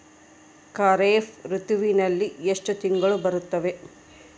ಖಾರೇಫ್ ಋತುವಿನಲ್ಲಿ ಎಷ್ಟು ತಿಂಗಳು ಬರುತ್ತವೆ?